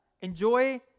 enjoy